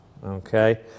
Okay